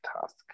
task